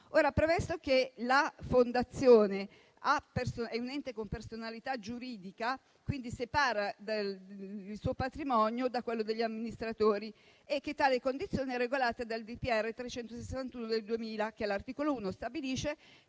premetto che la Fondazione è un ente con personalità giuridica, quindi separa il suo patrimonio da quello degli amministratori e che tale condizione è regolata dal DPR n. 361 del 2000, che all'articolo 1 stabilisce